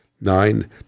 nine